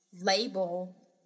label